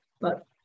but-